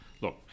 look